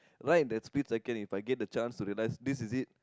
right that split second if I get the chance realise this is it